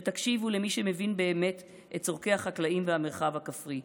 שתקשיבו למי שמבין באמת את צורכי החקלאים והמרחב הכפרי.